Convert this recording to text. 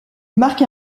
marque